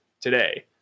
today